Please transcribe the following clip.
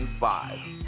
Five